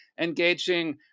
engaging